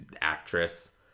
actress